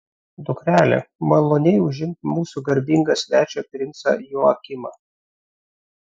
dukrele maloniai užimk mūsų garbingą svečią princą joakimą